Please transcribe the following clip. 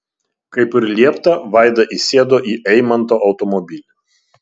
kaip ir liepta vaida įsėdo į eimanto automobilį